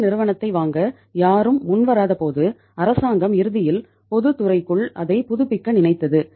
இந்த நிறுவனத்தை வாங்க யாரும் முன்வராதபோது அரசாங்கம் இறுதியில் பொதுத்துறைக்குள் அதை புதுப்பிக்க நினைத்தது